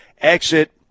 Exit